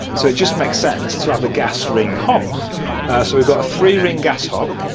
so it just makes sense to have a gas ring hob. so we've got a three ring gas hob.